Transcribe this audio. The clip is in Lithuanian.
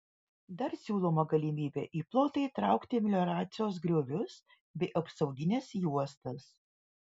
dar siūloma galimybė į plotą įtraukti melioracijos griovius bei apsaugines juostas